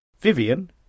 Vivian